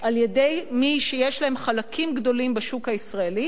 על-ידי מי שיש להם חלקים גדולים בשוק הישראלי,